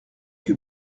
que